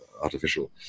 artificial